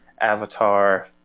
Avatar